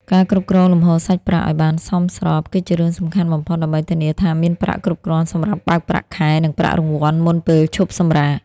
ការគ្រប់គ្រងលំហូរសាច់ប្រាក់ឱ្យបានសមស្របគឺជារឿងសំខាន់បំផុត ដើម្បីធានាថាមានប្រាក់គ្រប់គ្រាន់សម្រាប់បើកប្រាក់ខែ និងប្រាក់រង្វាន់មុនពេលឈប់សម្រាក។